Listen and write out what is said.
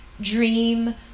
dream